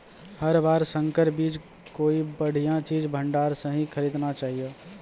हर बार संकर बीज कोई बढ़िया बीज भंडार स हीं खरीदना चाहियो